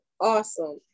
awesome